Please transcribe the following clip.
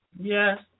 Yes